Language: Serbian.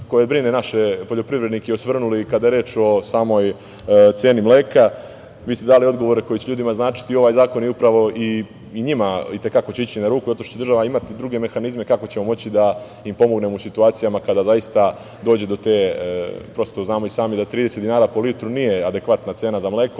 koje brine naše poljoprivrednike, osvrnuli kada je reč o samoj ceni mleka. Vi ste dali odgovore koji će ljudima značiti i ovaj zakon će upravo i njima i te kako ići na ruku zato što će država imati druge mehanizme kako ćemo moći da im pomognemo u situacijama kada zaista dođe do te… Prosto, znamo i sami da 30 dinara po litru nije adekvatna cena za mleko,